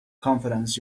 confidence